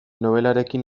nobelarekin